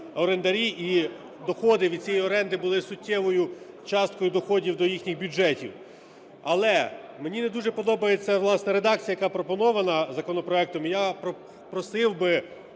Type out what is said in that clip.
орендарі і доходи від цієї оренди були суттєвою часткою доходів до їхніх бюджетів. Але мені не дуже подобається, власне, редакція, яка пропонована законопроектом. Я просив би